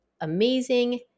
amazing